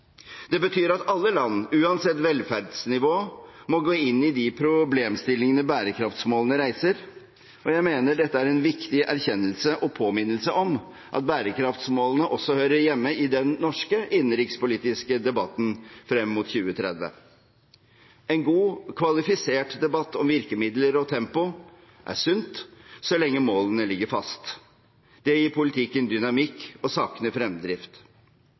betyr at alle land, uansett velferdsnivå, må gå inn de problemstillingene bærekraftsmålene reiser. Jeg mener dette er en viktig erkjennelse og påminnelse om at bærekraftsmålene også hører hjemme i den norske innenrikspolitiske debatten frem mot 2030. En god og kvalifisert debatt om virkemidler og tempo er sunt så lenge målene ligger fast. Det gir politikken dynamikk og sakene fremdrift.